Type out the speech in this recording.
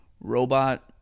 robot